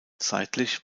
seitlich